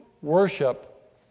worship